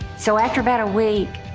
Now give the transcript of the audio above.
so after about a week,